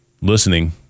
listening